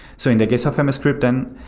so in the case of emscripten,